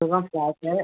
சுகம் ஃப்ளாட்டு